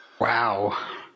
Wow